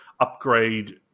upgrade